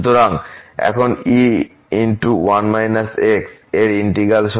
সুতরাং এখনe1− x এর ইন্টিগ্র্যাল সহজ